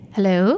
Hello